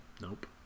Nope